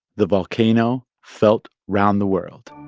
the volcano felt round the world